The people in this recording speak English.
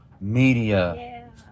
media